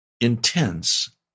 intense